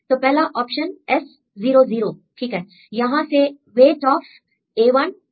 तो पहला option S 0 0 ठीक है यहां से वेट ऑफ a1 b1